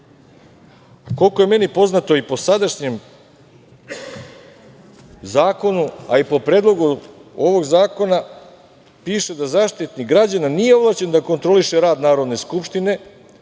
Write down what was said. je meni poznato i po sadašnjem zakonu, a i po Predlogu ovog zakona piše da Zaštitnik građana nije ovlašćen da kontroliše rad Narodne skupštine,